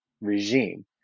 regime